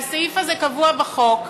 והסעיף הזה קבוע בחוק,